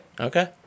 Okay